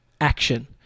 action